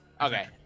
Okay